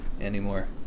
anymore